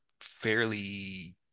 fairly